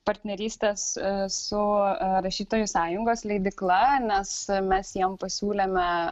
partnerystės su rašytojų sąjungos leidykla nes mes jiem pasiūlėme